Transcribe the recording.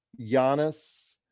Giannis